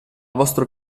vostro